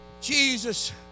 Jesus